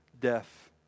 death